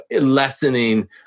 lessening